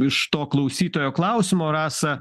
iš to klausytojo klausimo rasa